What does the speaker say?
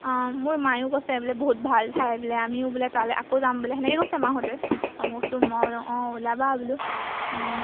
অঁ মোৰ মায়েও কৈছে এই বোলে বহুত ভাল ঠাই বোলে আমিও বোলে তালৈ আকৌ যাম বোলে সেনেকৈ কৈছে মাহঁতে অঁ কৈছোঁ মই অঁ ওলাবা বোলো